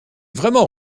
vraiment